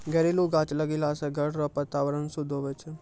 घरेलू गाछ लगैलो से घर रो वातावरण शुद्ध हुवै छै